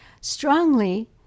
strongly